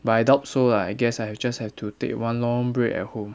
but I doubt so lah I guess I have just have to take one long break at home